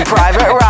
Private